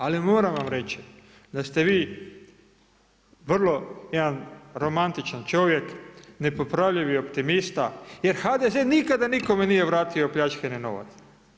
Ali moram vam reći da ste vi vrlo jedan romantičan čovjek, nepopravljivi optimista jer HDZ nikada nikome nije vratio opljačkani novac.